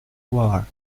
war